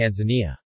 Tanzania